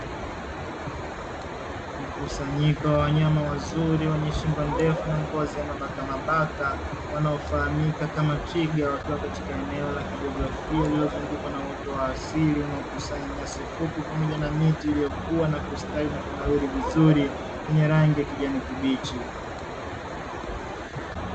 Mkusanyiko wa wanyama wazuri wenye shingo ndefu na ngozi ya mabaka mabaka, wanaofahamika kama twiga wakiwa katika eneo la kijiografia, lililozungukwa na uoto wa asili, unaokusanya nyasi fupi pamoja na miti iliyokuwa na kustawi na kunawiri vizuri yenye rangi ya kijani kibichi.